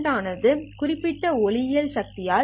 current current I ஆனது குறிப்பிட்ட ஒளியியல் சக்தி P